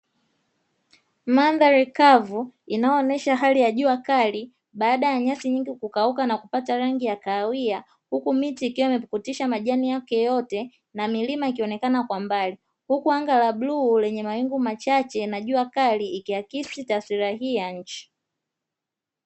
Mandhari kavu inaoonyesha hali ya jua kali baada ya nyasi nyingi kukauka na kupata rangi ya kahawia, huku miti ikiwa imepukutisha majani yote na milima ikionekana kwa mbali huku anga la bluu lenye mawingu machache na jua kali ikiakisi taswira hii ya nchi.